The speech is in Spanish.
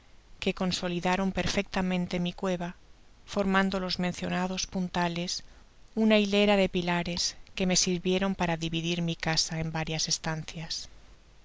que consolidaron perfectamente mi cueva formando los mencionados puntales una hilera de pilares que me sirvieron para dividir mi casa en varias estancias